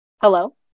Hello